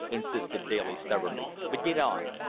insisted daly stubbornly, but get on.